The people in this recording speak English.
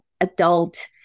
adult